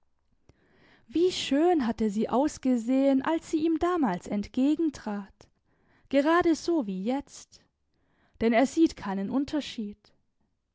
wie schön hatte sie ausgesehen als sie ihm damals entgegentrat gerade so wie jetzt denn er sieht keinen unterschied